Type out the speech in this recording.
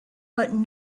but